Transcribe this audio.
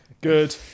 Good